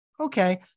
Okay